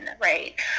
right